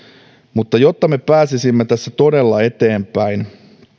mutta jotta me pääsisimme tässä todella eteenpäin